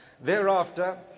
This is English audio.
Thereafter